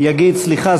יגיד: סליחה,